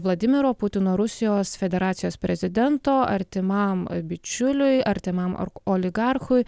vladimiro putino rusijos federacijos prezidento artimam bičiuliui artimam ar oligarchui